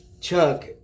Chuck